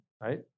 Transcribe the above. right